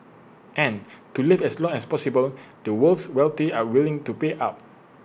and to live as long as possible the world's wealthy are willing to pay up